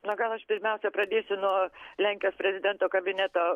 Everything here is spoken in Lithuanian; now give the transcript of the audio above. na gal aš pirmiausia pradėsiu nuo lenkijos prezidento kabineto